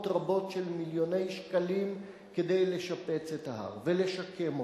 רבות של מיליוני שקלים כדי לשפץ את ההר ולשקם אותו,